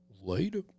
Later